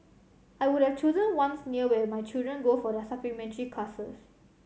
I would have chosen ones near where my children go for their supplementary classes